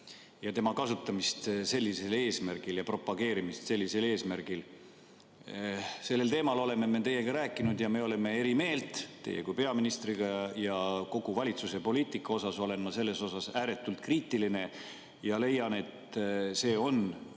selle kasutamisest sellisel eesmärgil ja propageerimisest sellisel eesmärgil me oleme teiega rääkinud ja olnud eri meelt. Teie kui peaministri ja kogu valitsuse poliitika osas olen ma sellel teemal ääretult kriitiline ja leian, et see on